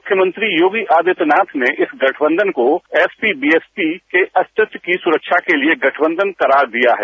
मुख्यंमंत्री योगी आदित्यनाथ ने इस गठबंधन को एसपी बीएसपी के अस्तित्व की सुरक्षा के लिए गठबंधन करार दिया है